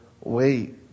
wait